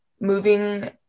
moving